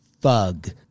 thug